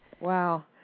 Wow